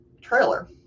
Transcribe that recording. trailer